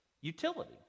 Utility